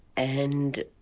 and